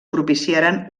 propiciaren